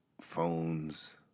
phones